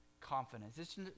confidence